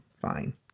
fine